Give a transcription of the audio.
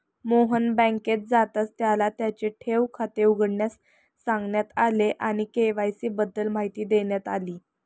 मोहन बँकेत जाताच त्याला त्याचे ठेव खाते उघडण्यास सांगण्यात आले आणि के.वाय.सी बद्दल माहिती देण्यात आली